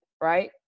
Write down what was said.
right